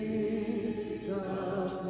Jesus